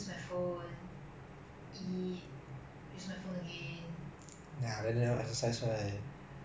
!wah! I hate exercising leh cannot lah you know right I that day saw shopee under armour fifty percent off eh